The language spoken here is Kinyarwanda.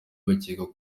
bakekwaho